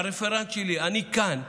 כשהרפרנט שלי אומר לי: אני כאן,